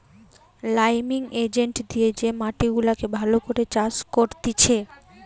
liming agent দিয়ে যে মাটি গুলাকে ভালো করে চাষ করতিছে